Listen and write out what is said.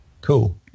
Cool